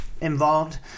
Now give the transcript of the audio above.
involved